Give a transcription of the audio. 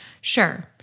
Sure